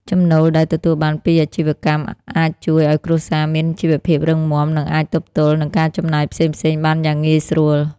ចំណូលដែលទទួលបានពីអាជីវកម្មអាចជួយឱ្យគ្រួសារមានជីវភាពរឹងមាំ និងអាចទប់ទល់នឹងការចំណាយផ្សេងៗបានយ៉ាងងាយស្រួល។